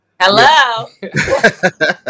Hello